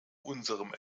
unserem